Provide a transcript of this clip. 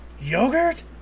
yogurt